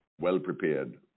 well-prepared